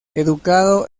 educado